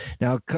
Now